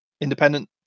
independent